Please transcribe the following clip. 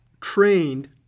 trained